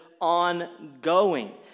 ongoing